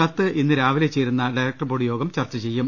കത്ത് ഇന്ന് രാവിലെ ചേരുന്ന ഡയറക്ടർബോർഡ് യോഗം ചർച്ച ചെയ്യും